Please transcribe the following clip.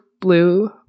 blue